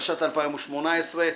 התשע"ט 2018,